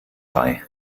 bei